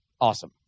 awesome